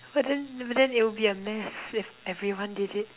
but then but then it will be a mess if everyone did it